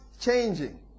changing